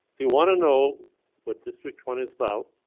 if you wanna know what district one is about.